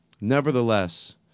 nevertheless